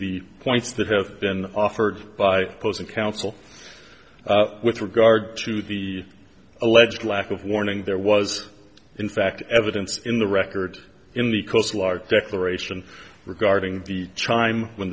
the points that have been offered by opposing counsel with regard to the alleged lack of warning there was in fact evidence in the record in the coastal ark declaration regarding the chime when